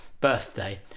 birthday